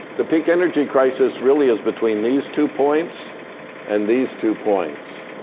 the peak energy crisis really is between these two points and these two points